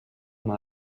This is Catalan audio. seva